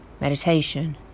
meditation